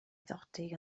dodi